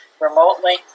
remotely